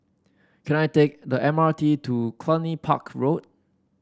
can I take the M R T to Cluny Park Road